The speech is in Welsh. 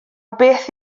beth